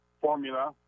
formula